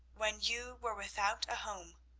when you were without a home,